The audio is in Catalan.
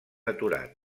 aturat